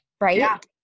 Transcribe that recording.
Right